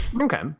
Okay